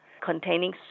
containing